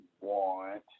want